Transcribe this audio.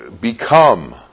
Become